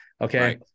Okay